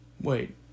Wait